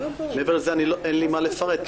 מעבר לזה אין לי מה לפרט.